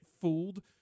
fooled